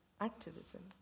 activism